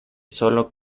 solo